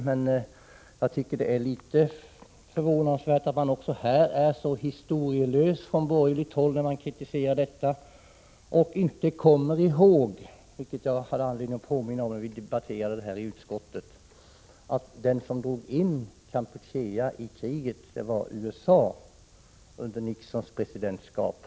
Men jag tycker att det är litet förvånande att man är så historielös på borgerligt håll också när man kritiserar detta och inte kommer ihåg — vilket jag hade anledning att påminna om när vi debatterade denna fråga i utskottet — att vad som drog in Kampuchea i kriget var USA under Nixons presidentskap.